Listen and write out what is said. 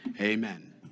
Amen